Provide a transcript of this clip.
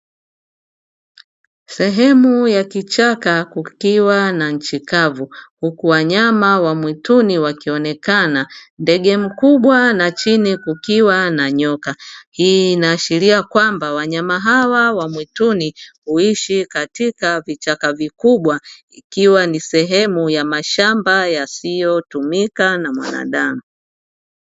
Sehemu ya kichaka kukiwa na nchi kavu, huku wanyama wa mwituni wakionekana. Ndege mkubwa na chini kukiwa na nyoka. Hii inaashiria kwamba wanyama hawa wa mwituni huishi katika vichaka vikubwa ikiwa ni sehemu ya mashamba yasiyotumika na mwanadamu.